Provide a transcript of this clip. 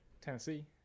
Tennessee